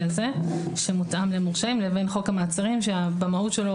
הזה שמותאם למורשעים לבין חוק המעצרים שבמהות שלו